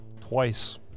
Twice